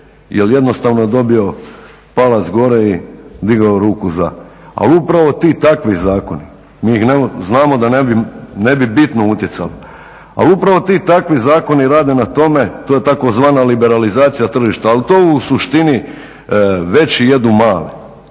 jel jednostavno dobio palac gore i digao ruku za. Ali upravo ti i takvi zakoni, znamo da ne bi bitno utjecali, ali upravo ti takvi zakoni rade na tome to je tzv. liberalizacija tržišta, ali to u suštini veći jedu male.